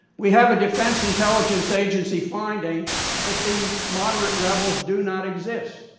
we have a defense intelligence agency finding that the moderate rebels do not exist.